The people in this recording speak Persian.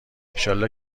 ایشالله